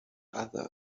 other